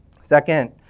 Second